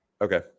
Okay